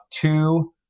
two